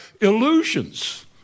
illusions